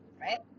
right